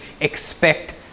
expect